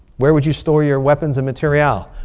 where would you store your weapons and materiel?